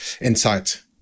insight